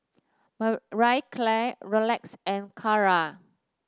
Marie Claire Rolex and Kara